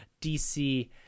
DC